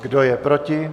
Kdo je proti?